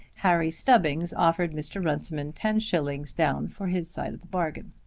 harry stubbings offered mr. runciman ten shillings down for his side of the bargain.